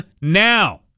now